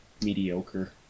mediocre